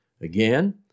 Again